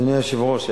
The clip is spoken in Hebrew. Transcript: אדוני היושב-ראש,